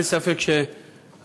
אין ספק שהכול,